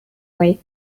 way